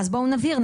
אז בואו נבהיר,